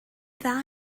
dda